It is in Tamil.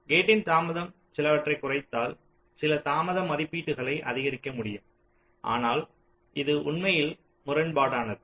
கேட்டின் தாமதம் சிலவற்றைக் குறைத்தால் சில தாமத மதிப்பீட்டை அதிகரிக்க முடியும் ஆனால் இது உண்மையில் முரண்பாடானது